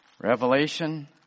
revelation